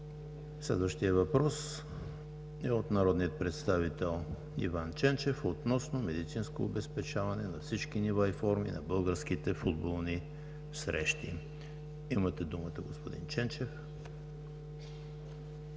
Следващият въпрос е от народния представител Иван Ченчев относно медицинско обезпечаване на всички нива и форми на българските футболни срещи. Имате думата, господин Ченчев.